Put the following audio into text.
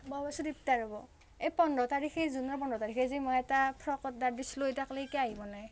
মই সুদিপ্তা ৰ'ব এই পোন্ধৰ তাৰিখে জুনৰ পোন্ধৰ তাৰিখে যে মই এটা ফ্ৰক অৰ্ডাৰ দিছিলোঁ এতিয়া লৈকে কিয় আহি পোৱা নাই